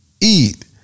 eat